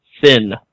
Thin